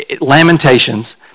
Lamentations